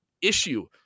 issue